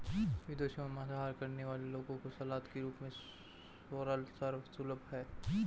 विदेशों में मांसाहार करने वाले लोगों को सलाद के रूप में सोरल सर्व सुलभ है